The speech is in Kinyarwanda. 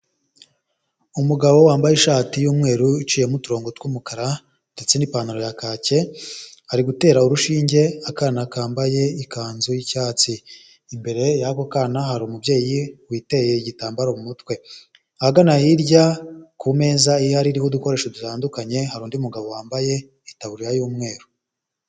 Umugabo wambaye ishati y'umweru iciyemo uturongo tw'umukara ndetse n'ipantaro ya kake ari gutera urushinge akana kambaye ikanzu y'icyatsi, imbere y'ako kana hari umubyeyi witeye igitambaro mu mutwe, ahagana hirya ku meza ihari iriho udukoresho dutandukanye hari undi mugabo wambaye itaburiya y'umweru.